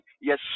Yes